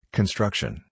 Construction